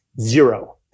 zero